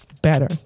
better